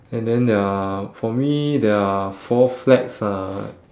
and then there are for me there are four flags uh